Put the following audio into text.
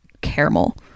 caramel